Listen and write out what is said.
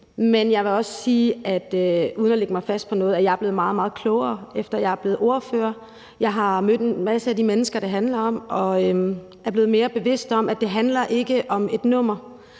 meget klogere, efter at jeg er blevet ordfører. Jeg har mødt en masse af de mennesker, det handler om, og er blevet mere bevidst om, at det ikke handler om et nummer.